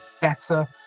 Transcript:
better